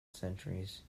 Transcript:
centuries